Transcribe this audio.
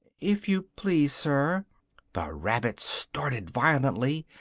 if you please, sir the rabbit started violently,